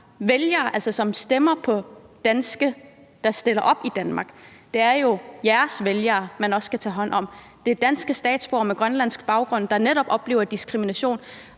vælgere, og som stemmer på danskere, der stiller op i Danmark. Det er jo jeres vælgere, man også skal tage hånd om. Det er danske statsborgere med grønlandsk baggrund, der netop oplever diskrimination,